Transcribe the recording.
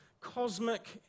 cosmic